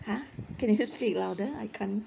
!huh! can you speak louder I can't